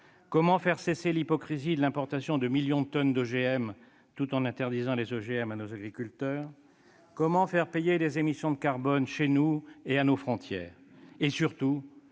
Comment faire cesser l'hypocrisie de l'importation de millions de tonnes d'OGM, tout en interdisant les OGM à nos agriculteurs ? Comment faire payer les émissions de carbone chez nous et à nos frontières ?